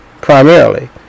Primarily